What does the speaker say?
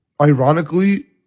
Ironically